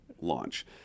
launch